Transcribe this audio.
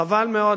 חבל מאוד,